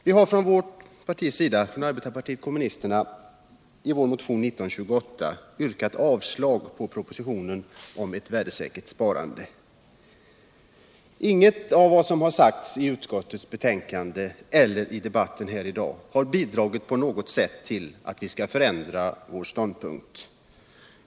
Vi har från arbetarpartiet kommunisternas sida i motionen 1928 yrkat avslag på propositionen om ett värdesäkert sparande. Inget av vad som sagts i utskottets betänkande elleri debatten häri dag har på något sätt bidragit till att vi skall förändra vår ståndpunkt.